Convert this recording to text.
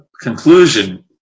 conclusion